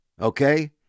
okay